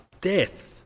death